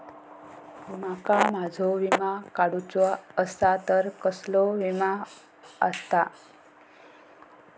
माका माझो विमा काडुचो असा तर कसलो विमा आस्ता?